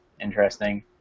interesting